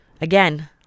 Again